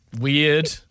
weird